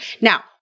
Now